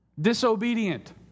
Disobedient